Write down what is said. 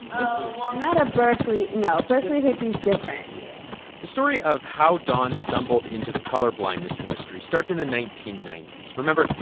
oh, well, not a berkeley no. berkeley hippie's different yeah the story of how don stumbled into the colorblindness industry starts in the nineteen ninety s. remember,